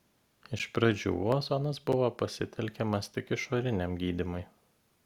iš pradžių ozonas buvo pasitelkiamas tik išoriniam gydymui